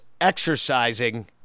exercising